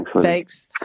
Thanks